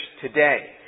today